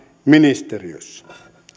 ministeriössä